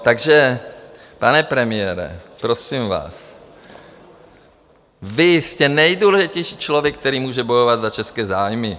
Takže, pane premiére, prosím vás, vy jste nejdůležitější člověk, který může bojovat za české zájmy.